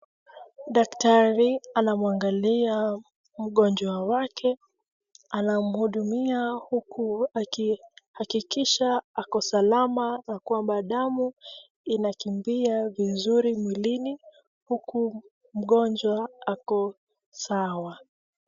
Daktari anamwangalia mgonjwa wake anamhudumia huku akihakikisha ako salama kwamba damu inakimbia vizuri mwilini huku mgonjwa ako sawa.